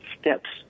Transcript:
steps